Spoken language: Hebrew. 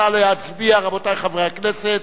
נא להצביע, רבותי חברי הכנסת.